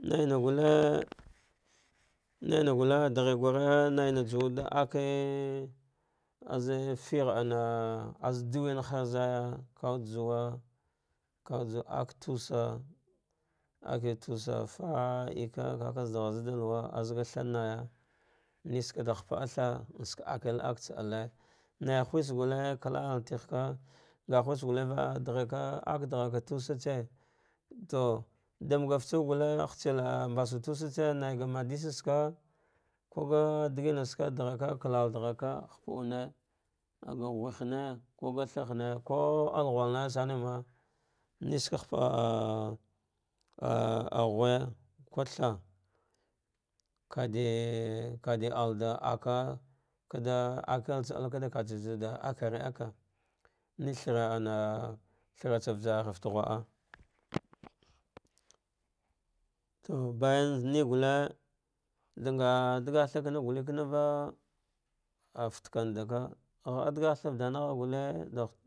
Naina gulle naina gulle adaghe gure naina juwa da aka z figh ana az duwanhaze vawude juwa ah wude aktusa ake tusu, falka, kaka zadagharza da luwa azga than au miske da hapa thah ka akel aktsa alle naighes gulle kallatighka, nga huse gulleve liiheka akdaghaka tusa tse to danga fursuk gulle hatse amba su tasu tsa naiga madisatsaka kuga digana tsaka digheka kalarɗaghaka hupuune aga ghe hime kuga thah hane ko kwal hulna na sa nema niske hapaah ah ah ghu vo thah kadi kaɗi allalda aka, kaɗa akel tsa alle vatsuwaɗa aka aka ne thra ana, thra gtsa vajarha fata ghuah to ba yam zane gulle ɗangh ɗagagha kan n gulllva a fkanɗava ghada degha tha vadanag na gulle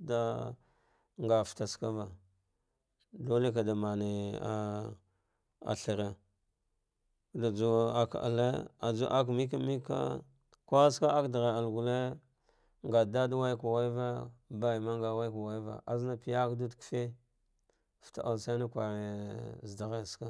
da nga fata tsa kava dulleva ɗamane ah athra dajuwa ɗa akahe aju ak mekemeka kwal saka akɗa ghar alle gulle nga ɗaɗa waka wava baima nga waka waka azna pouduwude kefe fate al sane kure zadar ghetsika.